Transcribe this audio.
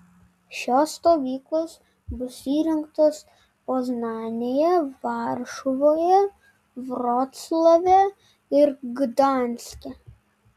šios stovyklos bus įrengtos poznanėje varšuvoje vroclave ir gdanske